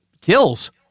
kills